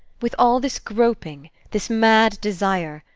with all this groping, this mad desire,